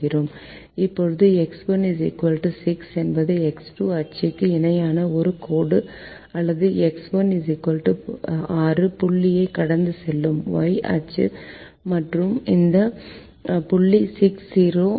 இப்போது X1 6 என்பது X2 அச்சுக்கு இணையான ஒரு கோடு அல்லது X1 6 புள்ளியைக் கடந்து செல்லும் Y அச்சு மற்றும் இந்த புள்ளி 60 ஆகும்